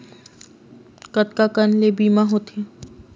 कतका कन ले बीमा होथे?